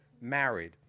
married